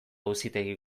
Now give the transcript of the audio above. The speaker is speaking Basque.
auzitegi